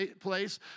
place